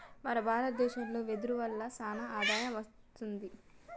మన భారత దేశంలో వెదురు వల్ల సానా ఆదాయం వస్తుంది